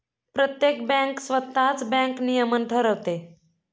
प्रत्येक बँक स्वतःच बँक नियमन ठरवते